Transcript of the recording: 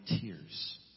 tears